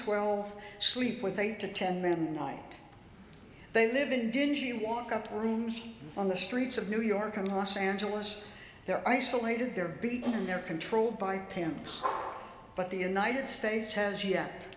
twelve sleep with eight to ten men night they live in dingy walk up rooms on the streets of new york and los angeles they're isolated they're beaten they're controlled by pimps but the united states has yet